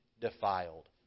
defiled